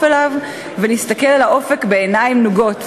אליו ולהסתכל אל האופק בעיניים נוגות,